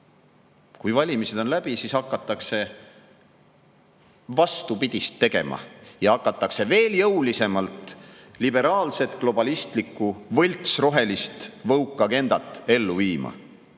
Kui valimised on läbi, siis hakatakse vastupidist tegema ja hakatakse veel jõulisemalt liberaalset globalistlikku võltsrohelistwoke-agendat ellu viima.